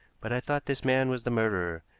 but i thought this man was the murderer,